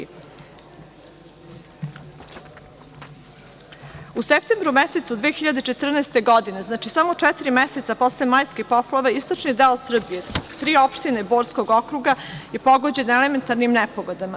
U septembru mesecu 2014. godine, znači, samo četiri meseca posle majskih poplava, istočni deo Srbije, tri opštine Borskog okruga je pogođen elementarnim nepogodama.